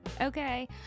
okay